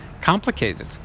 complicated